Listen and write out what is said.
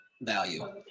value